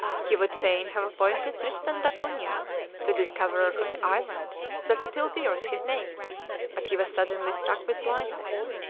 he would fain have appointed tristan d'acunha the discoverer of the island that still bears his name but he was suddenly struck with blindness,